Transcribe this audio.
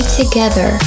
together